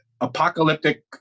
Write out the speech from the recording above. apocalyptic